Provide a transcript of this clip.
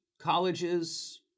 colleges